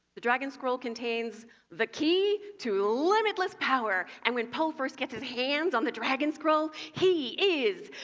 the dragon scroll contains the key to limitless power! and when po first gets his hands on the dragon scroll he is.